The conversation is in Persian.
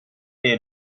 های